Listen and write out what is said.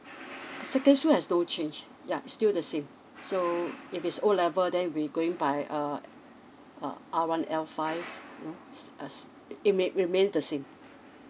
second school has no change yeah it still the same so if its O level then we going by err uh R one L five you know s~ uh s~ it may remain the same